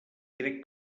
crec